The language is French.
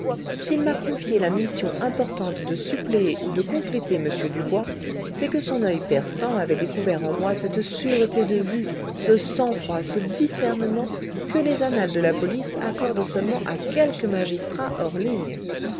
s'il m'a confié la mission importante de suppléer ou de compléter m dubois c'est que son oeil perçant avait découvert en moi cette sûreté de vue ce sang-froid ce discernement que les annales de la police accordent seulement à quelques magistrats hors ligne